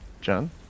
John